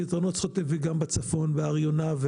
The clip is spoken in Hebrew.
הפתרונות צריכים לבוא גם בצפון וגם בהר יונה,